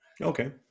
Okay